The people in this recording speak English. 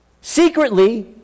secretly